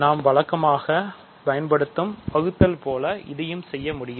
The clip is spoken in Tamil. நாம் வழக்கமான பயன்படுத்தும் வகுத்தல் போல இதையும் நாம் செய்ய முடியும்